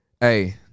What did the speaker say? Hey